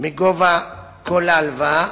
מגובה כל ההלוואה,